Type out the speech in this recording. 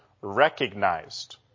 recognized